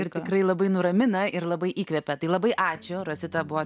ir tikrai labai nuramina ir labai įkvepia tai labai ačiū rosita buvo